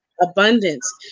abundance